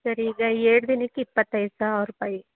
sir ಈಗ ಎರಡು ದಿನಕ್ಕೆ ಇಪ್ಪತ್ತೈದು ಸಾವಿರ ರೂಪಾಯಿ